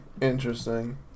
Interesting